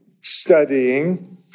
studying